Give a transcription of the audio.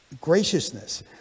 Graciousness